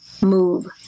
move